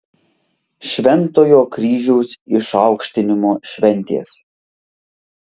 šventojo kryžiaus išaukštinimo šventės